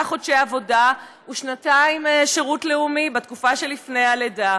חודשי עבודה ושנתיים שירות לאומי בתקופה שלפני הלידה,